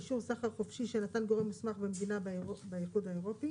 אישור סחר חופשי שנתן גורם מוסמך במדינה באיחוד האירופי